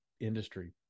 industry